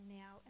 now